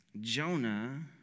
Jonah